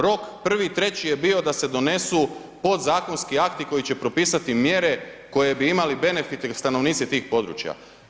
Rok 1.3. je bio da se donesu podzakonski akti koji će propisati mjere koji bi imali benefiti stanovnici tih područja.